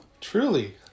truly